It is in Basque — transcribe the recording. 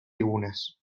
digunez